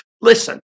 Listen